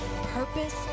purpose